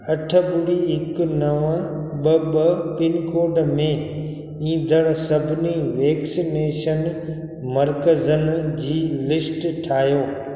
अठ ॿुड़ी हिकु नवं ॿ ॿ पिनकोड में ईंदड़ सभिनी वैक्सनेशन मर्कज़नि जी लिस्ट ठाहियो